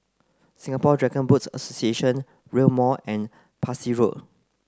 Singapore Dragon Boat Association Rail Mall and Parsi Road